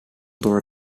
door